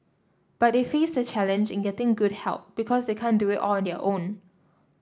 but they face the challenge in getting good help because they can't do it all on their own